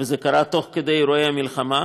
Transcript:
וזה קרה תוך כדי אירועי המלחמה.